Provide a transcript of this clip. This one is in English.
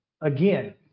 Again